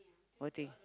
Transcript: what thing